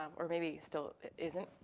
um or maybe still isn't,